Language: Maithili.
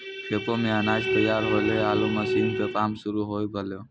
खेतो मॅ अनाज तैयार होल्हों आरो मशीन के काम शुरू होय गेलै